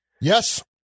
Yes